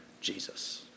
Jesus